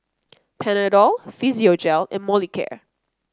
Panadol Physiogel and Molicare